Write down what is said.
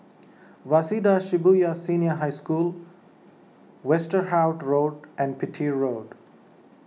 Waseda Shibuya Senior High School Westerhout Road and Petir Road